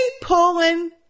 pulling